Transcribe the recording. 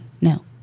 No